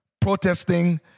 protesting